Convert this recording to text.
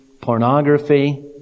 pornography